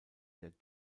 der